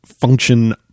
function